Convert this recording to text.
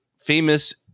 famous